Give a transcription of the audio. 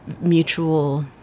mutual